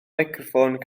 meicroffon